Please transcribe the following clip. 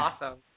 awesome